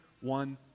one